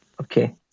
Okay